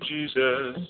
Jesus